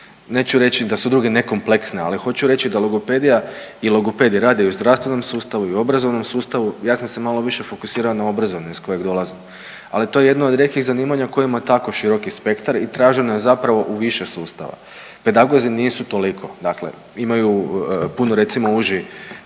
neću reći da su drugi ne kompleksni, ali hoću reći da logopedija i logopedi rade u zdravstvenom sustavu i u obrazovnom sustavu. Ja sam se malo više fokusirao na obrazovni iz kojeg dolazim, ali to je jedno od rijetkih zanimanja koji ima tako široki spektar i traženo je zapravo u više sustava. Pedagozi nisu toliko, dakle imaju puno recimo uži